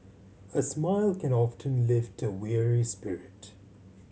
a smile can often lift up a weary spirit